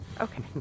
Okay